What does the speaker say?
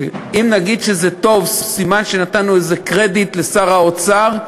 שאם נגיד שזה טוב סימן שנתנו איזה קרדיט לשר האוצר,